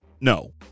No